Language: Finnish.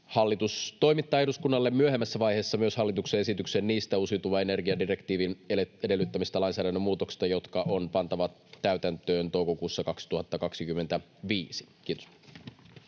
Hallitus toimittaa eduskunnalle myöhemmässä vaiheessa myös hallituksen esityksen niistä uusiutuvan energian direktiivin edellyttämistä lainsäädännön muutoksista, jotka on pantava täytäntöön toukokuussa 2025. — Kiitos.